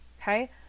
okay